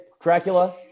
Dracula